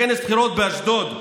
בכנס בחירות באשדוד,